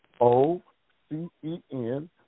O-C-E-N